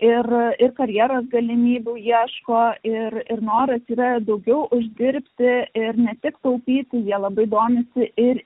ir karjeros galimybių ieško ir ir noras yra daugiau uždirbti ir ne tik taupyti jie labai domisi ir